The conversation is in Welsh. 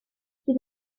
bydd